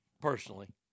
personally